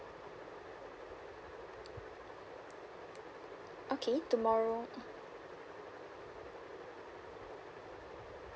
okay tomorrow mm